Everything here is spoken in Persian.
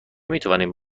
میتوانیم